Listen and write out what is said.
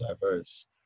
diverse